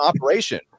operation